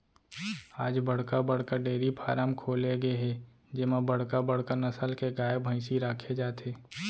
आज बड़का बड़का डेयरी फारम खोले गे हे जेमा बड़का बड़का नसल के गाय, भइसी राखे जाथे